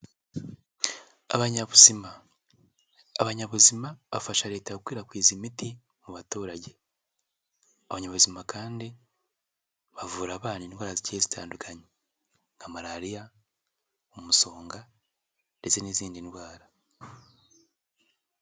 Abanyabuzima, abanyabuzima bafasha Leta gukwirakwiza imiti mu baturage. Abanyabuzima kandi bavura abana indwara zigiye zitandukanye. Nka malariya, umusonga ndetse n'izindi ndwara.